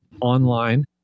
online